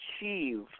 achieve